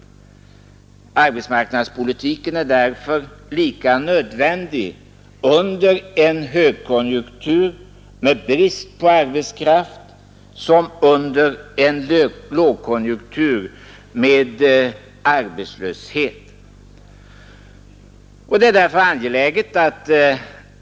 Därför är arbetsmarknadspolitiken lika nödvändig under en högkonjunktur med brist på arbetskraft som under en lågkonjunktur med arbetslöshet.